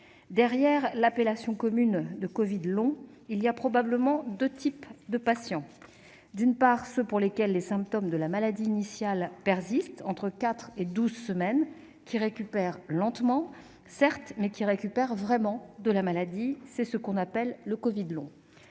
Derrière l'appellation commune de « covid long », il y a probablement deux types de patients. Les premiers sont des patients pour lesquels les symptômes de la maladie initiale persistent entre quatre et douze semaines, qui récupèrent lentement, certes, mais qui récupèrent vraiment de la maladie. C'est ce que l'on appelle le « covid long